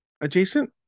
Adjacent